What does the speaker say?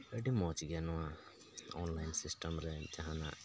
ᱟᱹᱰᱤ ᱢᱚᱡᱽ ᱜᱮᱭᱟ ᱱᱚᱣᱟ ᱚᱱᱞᱟᱭᱤᱱ ᱥᱤᱥᱴᱮᱢ ᱨᱮ ᱡᱟᱦᱟᱱᱟᱜ